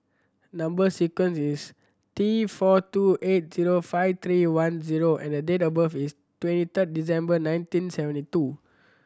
number sequence is T four two eight zero five three one O and the date of birth is twenty third December nineteen seventy two